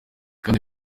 kandi